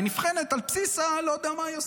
היא נבחנת על בסיס לא יודע מה היא עושה,